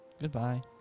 Goodbye